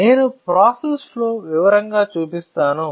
నేను process flow వివరంగా చూపిస్తాను